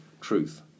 truth